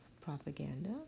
propaganda